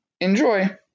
Enjoy